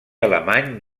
alemany